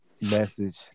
message